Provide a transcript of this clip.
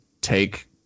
take